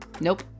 Nope